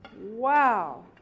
Wow